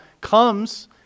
comes